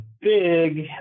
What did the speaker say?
big